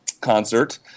concert